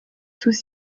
sous